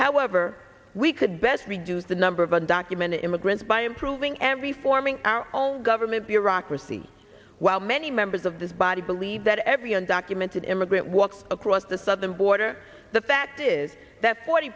however we could best reduce the number of undocumented immigrants by improving every forming our own government bureaucracy while many members of this body believe that every undocumented immigrant walks across the southern border the fact is that forty